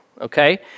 Okay